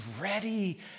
ready